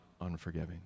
unforgiving